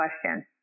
question